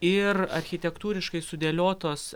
ir architektūriškai sudėliotos